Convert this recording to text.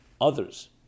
others